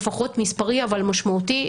לפחות מספרי אבל משמעותי,